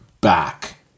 back